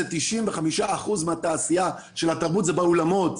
95% מהתעשייה של התרבות זה באולמות,